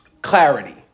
Clarity